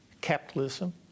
capitalism